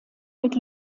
mit